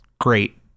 great